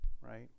right